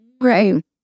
Right